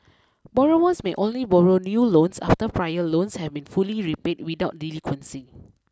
borrowers may only borrow new loans after prior loans have been fully repaid without delinquency